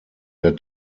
der